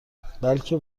بلکه